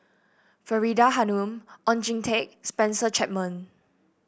Faridah Hanum Oon Jin Teik Spencer Chapman